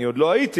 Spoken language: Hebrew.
אני עוד לא הייתי,